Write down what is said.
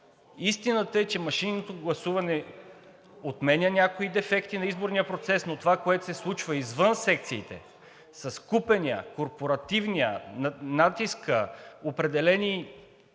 истината е, че машинното гласуване отменя някои дефекти на изборния процес, но това, което се случва извън секциите с купения, корпоративния, натиска на определени